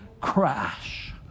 crash